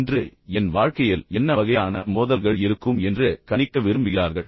இன்று என் வாழ்க்கையில் என்ன வகையான மோதல்கள் இருக்கும் என்பதை அவர்கள் கணிக்க விரும்புகிறார்கள்